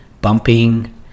bumping